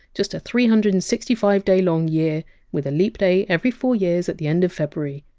just a three hundred and sixty five day long year with a leap day every four years at the end of february.